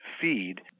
feed